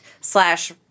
slash